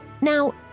Now